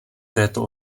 této